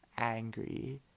Angry